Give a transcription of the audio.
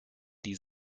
die